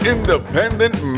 Independent